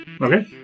Okay